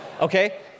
Okay